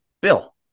Bill